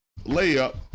layup